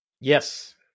Yes